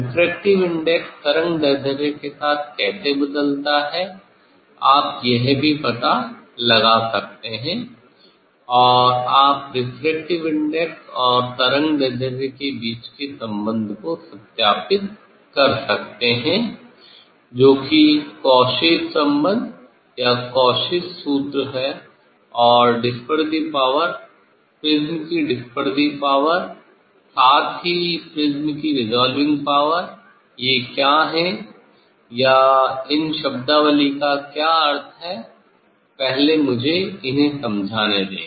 refractive index तरंगदैर्ध्य के साथ कैसे बदलता है आप यह भी पता लगा सकते है और आप रेफ्रेक्टिव इंडेक्स और तरंगदैर्ध्य के बीच के संबंध को सत्यापित कर सकते है जो कि Cauchy's संबंध या Cauchy's सूत्र है और डिसपेरसीव पावर प्रिज्म की डिसपेरसीव पावर साथ ही प्रिज्म की रेसोल्विंग पावर ये क्या हैं या इन शब्दावली का क्या अर्थ है मुझे पहले इन्हें समझाने दें